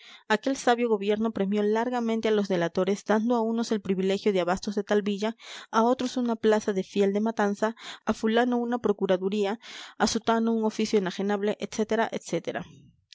aquel sabio gobierno premió largamente a los delatores dando a unos el privilegio de abastos de tal villa a otros una plaza de fiel de matanza a fulano una procuraduría a zutano un oficio enajenable